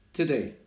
today